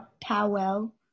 Powell